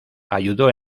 ayudó